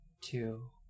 Two